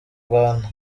rwanda